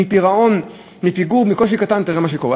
מפירעון, מפיגור, מקושי קטן, תראה מה שקורה.